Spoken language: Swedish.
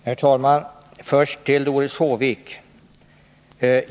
Herr talman! Först till Doris Håvik.